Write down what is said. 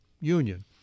Union